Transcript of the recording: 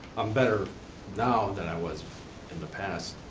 i'm better now than i was in the past.